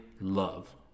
love